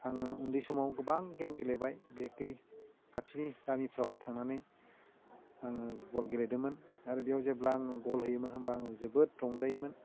आङो उन्दै समाव गोबां गेम गेलेबाय बे खाथिनि गामिफ्रावहाय थांनानै आङो बल गेलेदोंमोन आरो बेयाव जेब्ला आङो गल होयोमोन होम्बा आङो जोबोद रंजायोमोन